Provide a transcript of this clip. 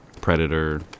Predator